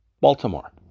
Baltimore